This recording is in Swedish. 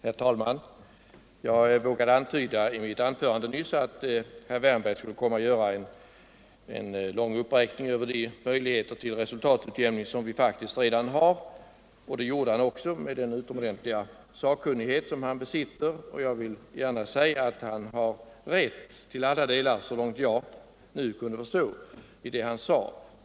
Herr talman! Jag vågade i mitt anförande nyss antyda att herr Wärnberg skulle komma att göra en lång uppräkning av de möjligheter till resultatutjämning som faktiskt redan finns. Och det gjorde han också, med den utomordentliga sakkunskap som han besitter. Jag vill gärna säga att han så långt jag kunde förstå till alla delar hade rätt i det han sade.